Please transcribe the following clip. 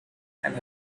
and